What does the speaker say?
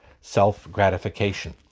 self-gratification